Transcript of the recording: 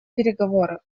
переговоры